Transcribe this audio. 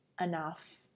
enough